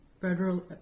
federal